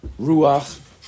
Ruach